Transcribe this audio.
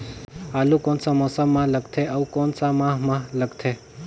आलू कोन सा मौसम मां लगथे अउ कोन सा माह मां लगथे?